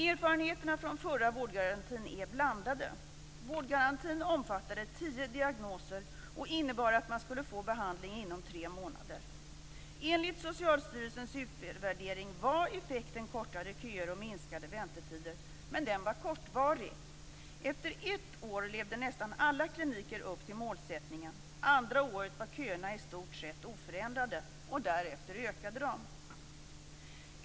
Erfarenheterna från förra vårdgarantin är blandade. Vårdgarantin omfattade tio diagnoser och innebar att man skulle få behandling inom tre månader. Enligt Socialstyrelsens utvärdering var effekten kortade köer och minskade väntetider, men effekten var kortvarig. Efter ett år levde nästan alla kliniker upp till målsättningen. Andra året var köerna i stort sett oförändrade, och därefter ökade de.